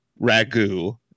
ragu